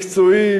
מקצועי,